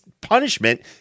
punishment